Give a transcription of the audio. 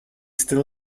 still